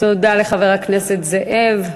תודה לחבר הכנסת זאב.